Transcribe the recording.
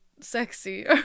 sexy